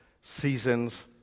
seasons